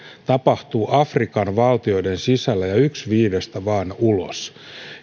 tapahtuu afrikan valtioiden sisällä ja vain yksi viidestä ulos